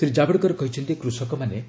ଶ୍ରୀ ଜାଭେଡକର କହିଛନ୍ତି କୃଷକମାନେ